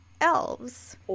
elves